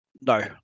No